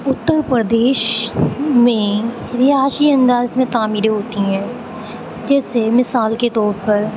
اتر پردیش میں رہائشی انداز میں تعمیریں ہوتی ہیں جیسے مثال کے طور پر